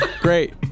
Great